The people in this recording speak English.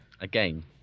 Again